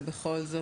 ועדיין,